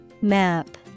Map